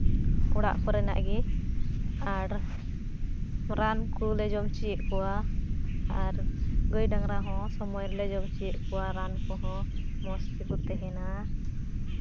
ᱚᱲᱟᱜ ᱠᱚᱨᱮᱱᱟᱜ ᱜᱮ ᱟᱨ ᱨᱟᱱ ᱠᱚᱞᱮ ᱡᱚᱢ ᱦᱚᱭᱮᱫ ᱠᱚᱣᱟ ᱟᱨ ᱜᱟᱹᱭ ᱰᱟᱝᱨᱟ ᱦᱚᱸ ᱥᱚᱢᱚᱭ ᱨᱮᱞᱮ ᱡᱚᱢ ᱦᱚᱪᱚᱭᱮᱫ ᱠᱚᱣᱟ ᱨᱟᱱ ᱠᱚᱦᱚᱸ ᱢᱚᱡᱽ ᱛᱮᱠᱚ ᱛᱟᱦᱮᱱᱟ